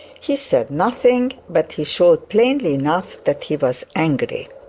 he said nothing, but he showed plainly enough that he was angry.